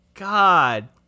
God